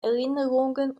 erinnerungen